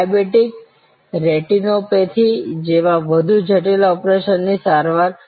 diabetic retinopathy જેવા વધુ જટિલ ઓપરેશનની સારવાર